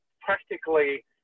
practically